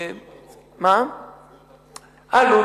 עלות